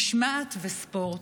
משמעת וספורט.